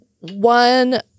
one